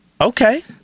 okay